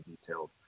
detailed